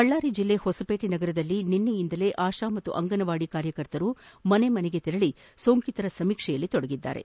ಬಳ್ಳಾರಿ ಜೆಲ್ಲೆ ಹೊಸಪೇಟೆ ನಗರದಲ್ಲಿ ನಿನ್ನೆಯಿಂದಲೇ ಆತಾ ಮತ್ತು ಅಂಗನವಾಡಿ ಕಾರ್ಯಕರ್ತೆಯರು ಮನೆ ಮನೆಗೆ ತೆರಳಿ ಸೋಂಕಿತರ ಸಮೀಕ್ಷೆಯಲ್ಲಿ ತೊಡಗಿದ್ದಾರೆ